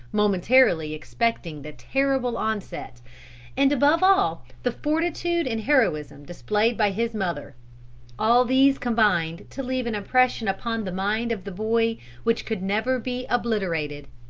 momentarily expecting the terrible onset and above all, the fortitude and heroism displayed by his mother all these combined to leave an impression upon the mind of the boy which could never be obliterated.